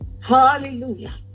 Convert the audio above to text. Hallelujah